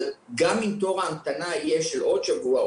אבל גם תור ההמתנה יש לעוד שבוע,